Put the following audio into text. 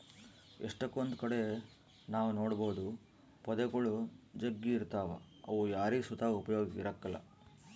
ಎಷ್ಟಕೊಂದ್ ಕಡೆ ನಾವ್ ನೋಡ್ಬೋದು ಪೊದೆಗುಳು ಜಗ್ಗಿ ಇರ್ತಾವ ಅವು ಯಾರಿಗ್ ಸುತ ಉಪಯೋಗ ಇರಕಲ್ಲ